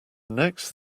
next